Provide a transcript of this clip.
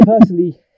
personally